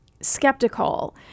skeptical